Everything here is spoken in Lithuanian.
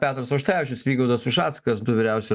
petras auštrevičius vygaudas ušackas du vyriausi